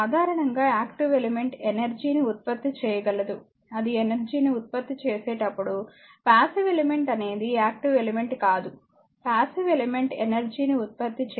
సాధారణంగా active element energy ని ఉత్పత్తి చేయగలదుఅది ఎనర్జీ ని ఉత్పత్తి చేసేటప్పుడు పాసివ్ ఎలిమెంట్ అనేది యాక్టివ్ ఎలిమెంట్ కాదు పాసివ్ ఎలిమెంట్ ఎనర్జీ ని ఉత్పత్తి చేయదు